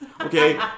Okay